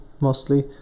mostly